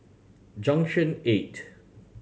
Junction Eight